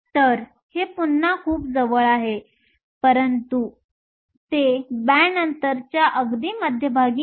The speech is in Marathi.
तर हे पुन्हा खूप जवळ आहे परंतु ते बँड अंतरच्या अगदी मध्यभागी नाही